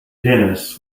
dennis